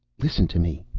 listen to me.